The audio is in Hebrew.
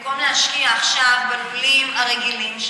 אבל במקום להשקיע עכשיו בלולים הרגילים,